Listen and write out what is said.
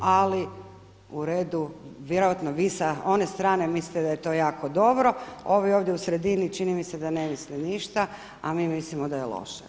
Ali uredu, vjerojatno vi sa one strane mislite da je to jako dobro, ovi ovdje u sredini čini mi se da ne misle ništa, a mi mislimo da je loše.